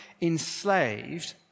enslaved